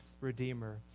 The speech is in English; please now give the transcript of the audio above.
Redeemer